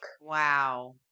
Wow